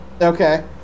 Okay